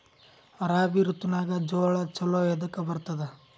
ರಾಬಿ ಋತುನಾಗ್ ಜೋಳ ಚಲೋ ಎದಕ ಬರತದ?